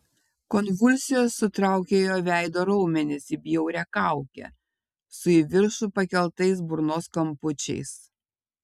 konvulsijos sutraukė jo veido raumenis į bjaurią kaukę su į viršų pakeltais burnos kampučiais